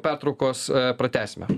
pertraukos pratęsime